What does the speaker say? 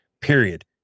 period